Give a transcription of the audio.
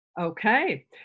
Okay